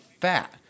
fat